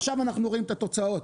עכשיו אנחנו רואים את התוצאות.